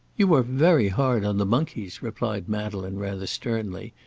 you are very hard on the monkeys, replied madeleine, rather sternly,